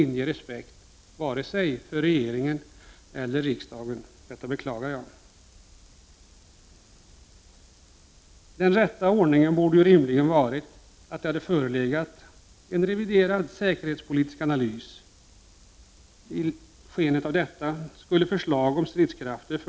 Med tanke på de förändrade förutsättningar som jag pekat på borde försvarsministern ha tagit initiativ till en förändrad tågordning i försvarskommitténs arbete.